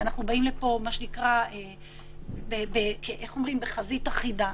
ואנחנו באים לפה בחזית אחידה,